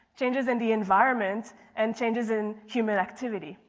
changes in the environment, and changes in human activity.